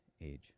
age